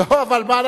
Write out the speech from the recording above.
כל חג